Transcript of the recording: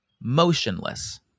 motionless